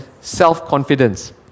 self-confidence